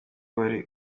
wari